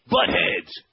Buttheads